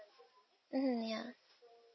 mmhmm ya